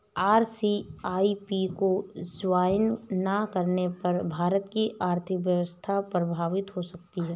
RCEP को join ना करने पर भारत की आर्थिक व्यवस्था प्रभावित हो सकती है